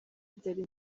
byari